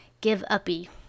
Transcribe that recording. give-uppy